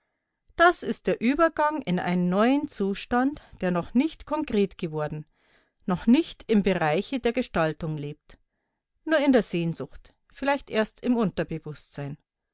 das ist der übergang in einen neuen zustand der noch nicht konkret geworden noch nicht im bereiche der gestaltung lebt nur in der sehnsucht vielleicht erst im